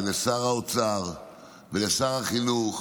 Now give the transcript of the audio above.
לשר האוצר ולשר החינוך